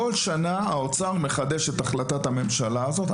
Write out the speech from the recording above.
האוצר מחדש כל שנה את החלטת הממשלה הזאת,